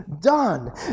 done